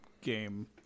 game